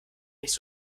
nicht